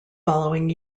following